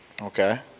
Okay